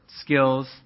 skills